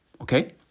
okay